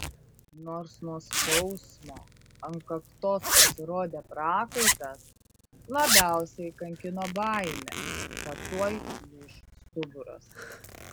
nors nuo skausmo ant kaktos pasirodė prakaitas labiausiai kankino baimė kad tuoj lūš stuburas